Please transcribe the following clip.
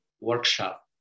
workshop